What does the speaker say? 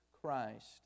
Christ